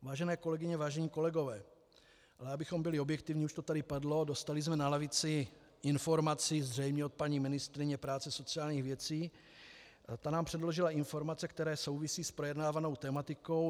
Vážené kolegyně, vážení kolegové, ale abychom byli objektivní, už to tady padlo, dostali jsme na lavici informaci zřejmě od paní ministryně práce a sociálních věcí, ta nám předložila informace, které souvisí s projednávanou tematikou.